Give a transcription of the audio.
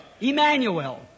Emmanuel